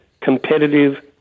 competitive